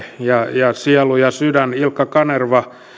vetäjämme ja sielu ja sydän ilkka kanerva